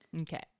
Okay